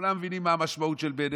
כולם מבינים מה המשמעות של בנט.